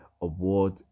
award